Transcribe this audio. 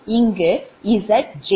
இங்கு Zj1Z1j